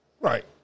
Right